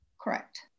correct